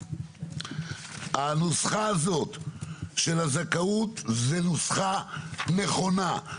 הנוסחה הזאת של הזכאות זה נוסחה נכונה,